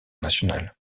nationale